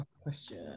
question